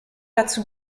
dazu